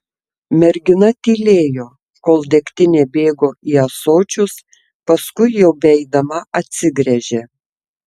mergina tylėjo kol degtinė bėgo į ąsočius paskui jau beeidama atsigręžė